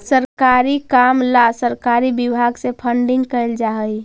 सरकारी काम ला सरकारी विभाग से फंडिंग कैल जा हई